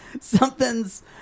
something's